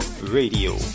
Radio